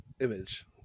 image